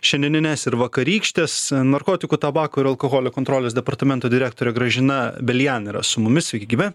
šiandienines ir vakarykštes narkotikų tabako ir alkoholio kontrolės departamento direktorė gražina belian yra su mumis sveiki gyvi